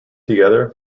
together